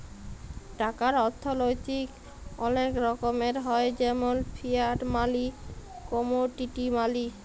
টাকার অথ্থলৈতিক অলেক রকমের হ্যয় যেমল ফিয়াট মালি, কমোডিটি মালি